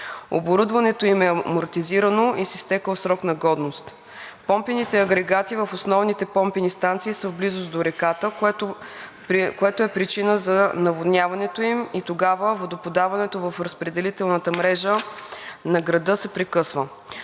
Оборудването им е амортизирано и с изтекъл срок на годност. Помпените агрегати в основните помпени станции са в близост до реката, което е причина за наводняването им и тогава водоподаването в разпределителната мрежа на града се прекъсва,